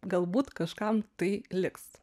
galbūt kažkam tai liks